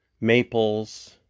Maples